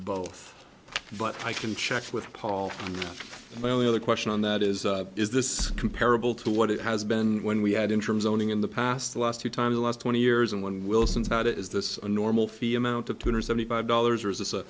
both but i can check with paul well the other question on that is is this comparable to what it has been when we had in terms owning in the past the last two times the last twenty years and when wilson's got it is this a normal fee amount of two hundred seventy five dollars or is this